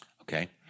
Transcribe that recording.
okay